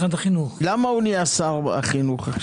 למה הוא נהיה שר החינוך?